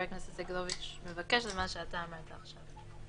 הכנסת סגלוביץ' מבקש ובין מה שאתה אמרת עכשיו.